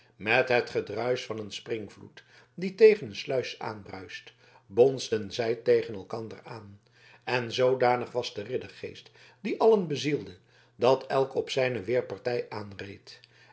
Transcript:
met het gedruis van een springvloed die tegen een sluis aanbruist bonsden zij tegen elkander aan en zoodanig was de riddergeest die allen bezielde dat elk op zijne weerpartij